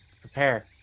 prepare